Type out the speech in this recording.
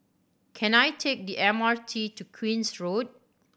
can I take the M R T to Queen's Road